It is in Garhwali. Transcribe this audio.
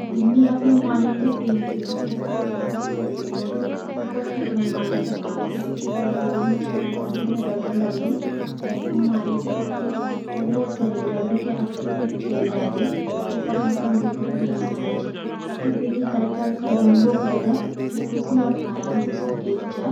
बिल्ली अपने मालिक का प्रति प्रेम दिखौण का कुछ खास तरीके च। उ कखि अपने मालिक क पास बठिके या गोद मँ चढ़िके खुद न रगड़णा लगन। तैंकी उ मालिक के ऊपर अपन सिर या शरीर रगड़कि अपन महक छोड़ी जांदी, जो अपनापन दिखौण का निशानी च। कखि बिल्ली हल्का-हल्का गूं-गूं (purr) करदा, जो खुशी और आराम का संकेत च।